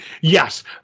yes